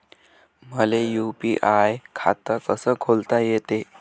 मले यू.पी.आय खातं कस खोलता येते?